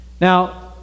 Now